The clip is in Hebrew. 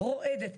רועדת,